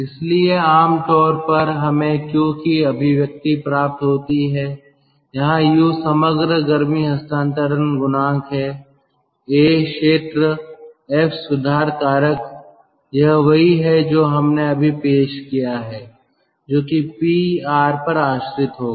इसलिए आम तौर पर हमें Q की अभिव्यक्ति प्राप्त होती है जहां u समग्र गर्मी हस्तांतरण गुणांक है a क्षेत्र F सुधार कारक यह वही है जो हमने अभी पेश किया है जो कि P R पर आश्रित होगा